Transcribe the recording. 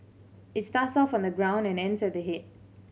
it starts off on the ground and ends at the head